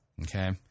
okay